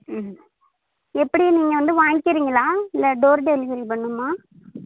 ம் எப்படி நீங்கள் வந்து வாங்கிக்கிறீங்களா இல்லை டோர் டெலிவரி பண்ணணுமா